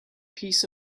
piece